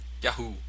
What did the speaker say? Yahoo